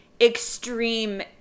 extreme